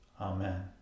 Amen